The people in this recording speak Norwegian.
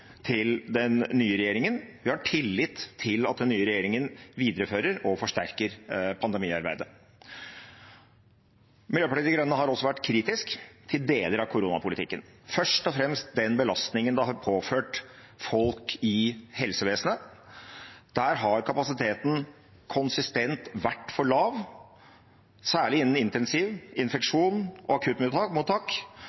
til den nye regjeringen. Vi har tillit til at den nye regjeringen viderefører og forsterker pandemiarbeidet. Miljøpartiet De Grønne har også vært kritisk til deler av koronapolitikken, først og fremst til den belastningen den har påført folk i helsevesenet. Der har kapasiteten konsistent vært for lav, særlig innen intensiv,